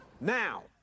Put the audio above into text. Now